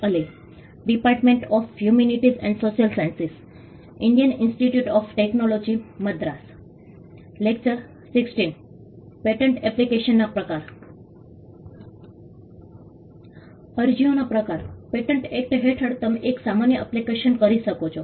અરજીઓના પ્રકાર patent act હેઠળ તમે એક સામાન્ય એપ્લિકેશન કરી શકો છો